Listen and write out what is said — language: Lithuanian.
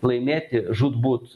laimėti žūtbūt